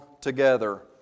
together